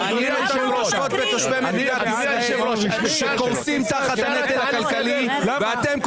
ותושבי מדינת ישראל שקורסים תחת הנטל הכלכלי ואתם,